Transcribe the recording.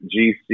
GC